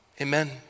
Amen